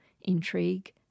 intrigue